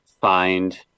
find